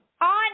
on